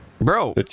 bro